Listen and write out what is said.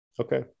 Okay